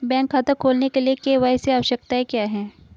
Bank खाता खोलने के लिए के.वाई.सी आवश्यकताएं क्या हैं?